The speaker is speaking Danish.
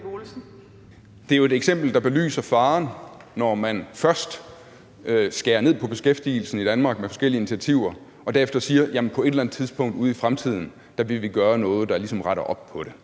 Det er jo et eksempel, der belyser faren, når man først skærer ned på beskæftigelsen i Danmark med forskellige initiativer og derefter siger: På et eller andet tidspunkt ude i fremtiden vil vi gøre noget, der ligesom retter op på det.